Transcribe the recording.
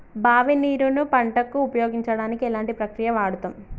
బావి నీరు ను పంట కు ఉపయోగించడానికి ఎలాంటి ప్రక్రియ వాడుతం?